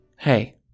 Hey